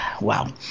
Wow